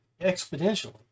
exponentially